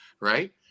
Right